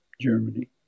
Germany